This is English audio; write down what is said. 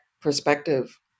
perspective